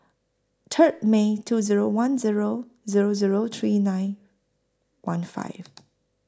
Third May two Zero one Zero Zero Zero three nine one five